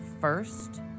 first